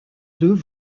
deux